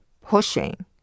pushing